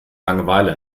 langeweile